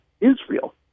Israel